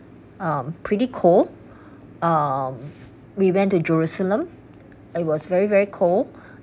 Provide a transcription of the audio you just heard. um pretty cold um we went to jerusalem it was very very cold